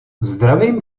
zdravím